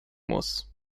muss